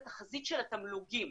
התחזית של התמלוגים.